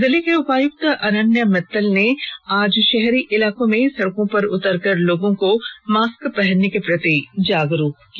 जिले के उपायुक्त अनन्य मित्तल ने आज शहरी इलाके में सड़क पर उतरकर लोगों को मास्क पहनने के प्रति जागरूक किया